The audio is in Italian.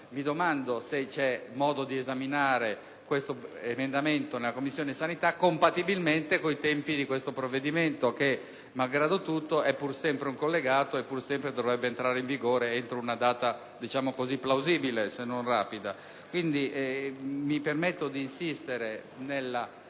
Mi domando se c'è modo di esaminare l'emendamento in titolo in Commissione compatibilmente con i tempi di questo provvedimento che, malgrado tutto, è pur sempre un collegato e dovrebbe entrare in vigore entro una data plausibile, se non rapida. Quindi, mi permetto di insistere